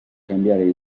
cambiare